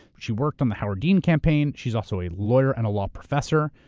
she worked on the howard dean campaign, she's also a lawyer and a law professor.